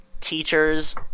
teachers